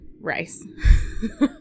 rice